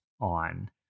on